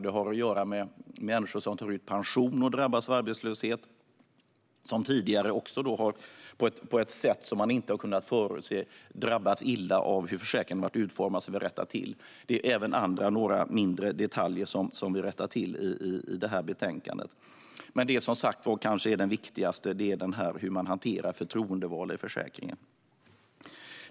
Det har att göra med människor som tar ut pension och drabbas av arbetslöshet. De har drabbats hårt på ett sätt som man inte har kunnat förutse av hur försäkringen har varit utformad, och detta rättar vi till. Det även några andra mindre detaljer som vi rättar till i detta betänkande. Men den kanske viktigaste delen är hur man hanterar förtroendevalda i försäkringen.